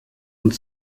und